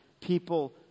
people